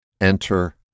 Enter